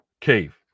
cave